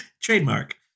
Trademark